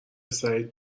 سعید